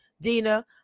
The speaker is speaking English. Dina